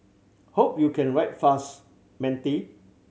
hope you can write fast matey